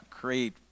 great